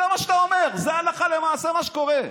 זה מה שאתה אומר, זה הלכה למעשה מה שקורה.